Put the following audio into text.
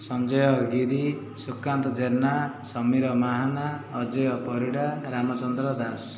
Sanjay Giri Sukanta Jena Samir Mahana Ajay Parida Ram Chandra Das